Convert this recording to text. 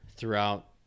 throughout